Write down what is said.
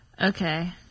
Okay